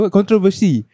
controversy